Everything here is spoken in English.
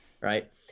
right